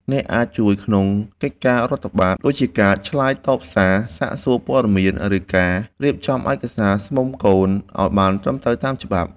អ្នកអាចជួយក្នុងកិច្ចការរដ្ឋបាល ដូចជាការឆ្លើយតបសារសាកសួរព័ត៌មាន ឬការរៀបចំឯកសារស្មុំកូនសត្វឱ្យបានត្រឹមត្រូវតាមច្បាប់។